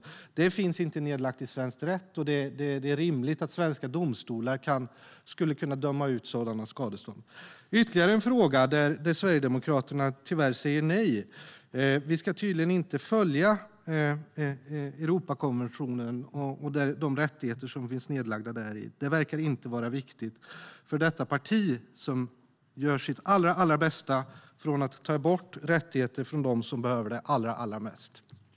Denna rätt finns inte enligt svensk rätt, och det är rimligt att svenska domstolar ska kunna döma ut sådana skadestånd. Jag ska ta upp ytterligare en fråga där Sverigedemokraterna tyvärr säger nej. Vi ska tydligen inte följa Europakonventionen och rättigheterna enligt den. Det verkar inte vara viktigt för detta parti, som gör sitt allra bästa för att ta bort rättigheter från dem som behöver dem allra mest. Herr talman!